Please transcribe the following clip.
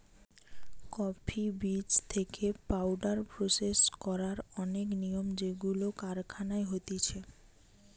coffee বীজ থেকে powder process করার অনেক নিয়ম যেইগুলো কারখানায় হতিছে